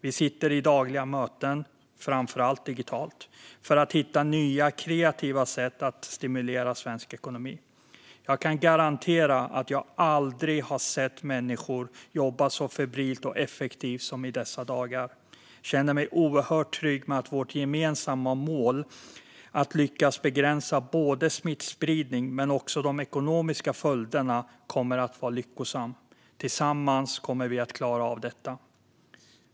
Vi sitter i dagliga möten, framför allt digitala, för att hitta nya kreativa sätt att stimulera svensk ekonomi. Jag kan garantera att jag aldrig har sett människor jobba så febrilt och effektivt som i dessa dagar. Jag känner mig oerhört trygg med att arbetet mot vårt gemensamma mål att lyckas begränsa både smittspridningen och de ekonomiska följderna kommer att vara lyckosamt. Tillsammans kommer vi att klara av detta.